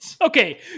Okay